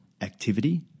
activity